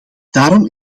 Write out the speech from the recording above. daarom